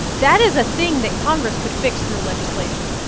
that is a thing that congress could fix through legislation.